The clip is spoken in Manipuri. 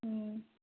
ꯎꯝ